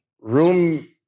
room